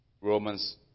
Romans